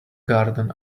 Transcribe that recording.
garden